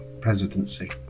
presidency